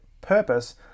purpose